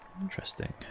Interesting